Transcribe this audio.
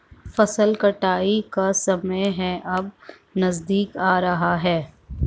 फसल कटाई का समय है अब नजदीक आ रहा है